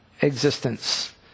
existence